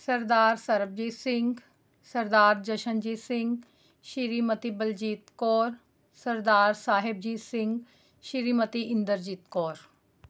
Sardar Sarabjit Singh Sardar Jashanjit Singh Shrimati Baljit Kaur Sardar Sahibjit Singh Shrimati Inderjit Kaur